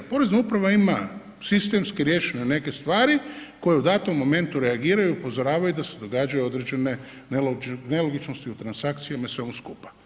Porezna uprava ima sistemski riješeno neke stvari koje u datom momentu reagiraju i upozoravaju da se događaju određene nelogičnosti u transakcijama i svemu skupa.